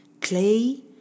clay